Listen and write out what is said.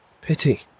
Pity